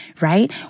right